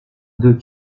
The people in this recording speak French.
deux